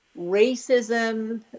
racism